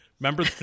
Remember